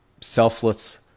selfless